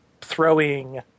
throwing